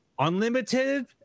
Unlimited